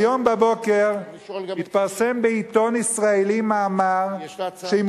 היום בבוקר התפרסם בעיתון ישראלי מאמר שאם